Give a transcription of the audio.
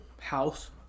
house